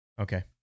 Okay